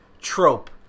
trope